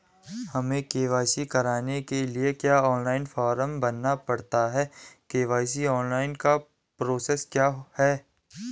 हमें के.वाई.सी कराने के लिए क्या ऑनलाइन फॉर्म भरना पड़ता है के.वाई.सी ऑनलाइन का प्रोसेस क्या है?